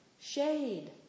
shade